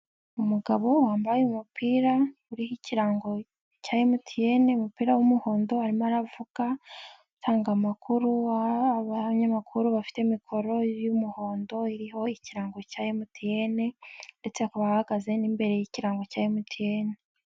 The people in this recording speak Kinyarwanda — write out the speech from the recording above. Umugabo wambaye umupira uriho ikirango cya MTN, umupira w'umuhondo arimo aravuga atanga amakuru, abanyamakuru bafite mikoro y'umuhondo iriho ikirango cya MTN ndetse akaba ahagaze n'imbere y'ikirango cya MTN.